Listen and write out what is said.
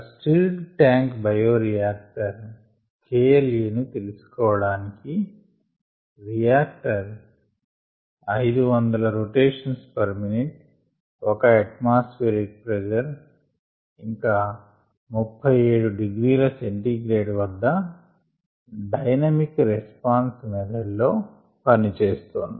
ఒక stirred tank bioreactor K L a ను తెలుసుకోవడానికి reactor 500 rpm 1 atmospheric pressure and 37 degree c వద్ద dynamic response method లో పనిచేస్తోంది